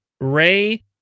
Ray